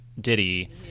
Diddy